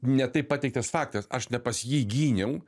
ne taip pateiktas faktas aš ne pas jį gyniau